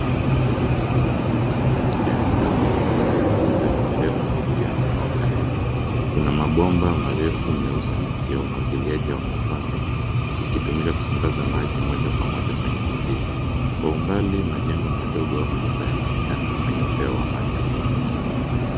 Hili ni shamba kubwa lenye mimea midogo iliyopandwa kwa mistari mirefu na iliyonyooka ,kuna mabomba marefu meusi ya umwagiliaji wa matone ikitumika kusambaza maji moja kwa moja kwenye mizizi kwa umbali majengo madogo au manyumba yanaonekana kwenye upeo wa macho.